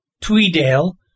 Tweedale